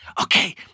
Okay